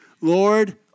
Lord